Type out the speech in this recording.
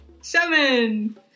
Seven